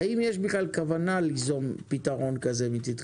האם יש כוונה מצדכם למצוא פתרון כזה?